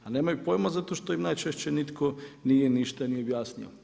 A nemaju pojma zato što im najčešće nitko nije ništa ni objasnio.